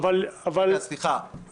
סליחה, הודענו.